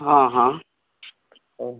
हाँ हाँ तो